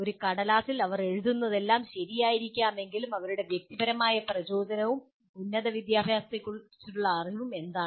ഒരു കടലാസിൽ അവർ എഴുതുന്നതെല്ലാം ശരിയായിരിക്കാമെങ്കിലും അവരുടെ വ്യക്തിപരമായ പ്രചോദനവും ഉന്നത വിദ്യാഭ്യാസത്തെക്കുറിച്ചുള്ള അറിവും എന്താണ്